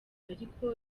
ariko